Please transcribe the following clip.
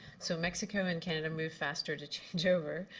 so mexico and canada moved faster to change over.